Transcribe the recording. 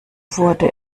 wurde